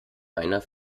einer